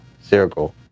circle